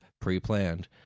pre-planned